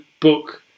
book